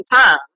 time